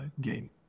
game